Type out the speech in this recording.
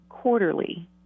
quarterly